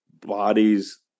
bodies